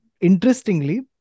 interestingly